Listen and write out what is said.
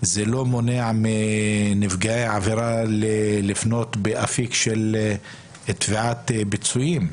לא מונע מנפגעי העבירה לפנות לאפיק של תביעת פיצויים,